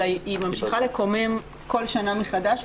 אלא היא ממשיכה לקומם כל שנה מחדש.